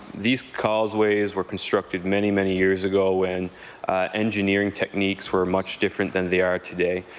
these causeways were constructed many, many years ago, and engineering techniques were much different than they are today.